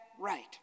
right